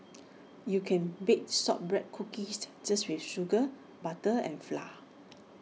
you can bake Shortbread Cookies just with sugar butter and flour